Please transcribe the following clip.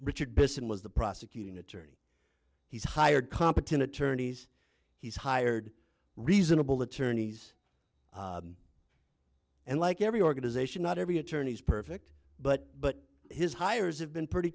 richard bisson was the prosecuting attorney he's hired competent attorneys he's hired reasonable attorneys and like every organization not every attorney's perfect but but his hires have been pretty